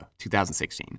2016